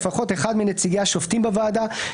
"(3א)לפחות אחד מנציגי השופטים בוועדה,